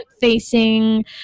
facing